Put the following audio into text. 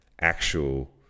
actual